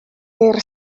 guerra